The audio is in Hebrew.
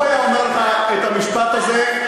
הוא היה אומר לך את המשפט הזה,